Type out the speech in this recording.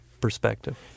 perspective